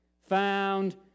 found